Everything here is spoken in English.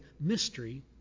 mystery